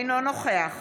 אינו נוכח